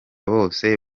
bose